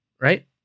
Right